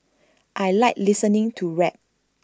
I Like listening to rap